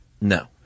No